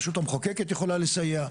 הרשות המחוקקת יכולה לסייע.